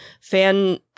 fan